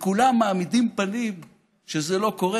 וכולם מעמידים פנים שזה לא קורה,